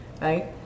right